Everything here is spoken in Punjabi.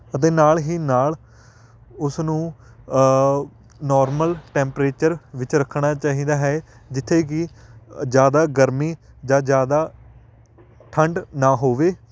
ਅਤੇ ਨਾਲ ਹੀ ਨਾਲ ਉਸ ਨੂੰ ਨੋਰਮਲ ਟੈਂਪਰੇਚਰ ਵਿੱਚ ਰੱਖਣਾ ਚਾਹੀਦਾ ਹੈ ਜਿੱਥੇ ਕਿ ਜ਼ਿਆਦਾ ਗਰਮੀ ਜਾਂ ਜ਼ਿਆਦਾ ਠੰਡ ਨਾ ਹੋਵੇ